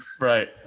Right